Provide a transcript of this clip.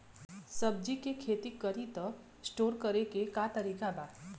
सब्जी के खेती करी त स्टोर करे के का तरीका बा?